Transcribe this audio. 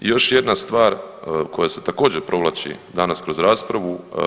I još jedna stvar koja se također provlači danas kroz raspravu.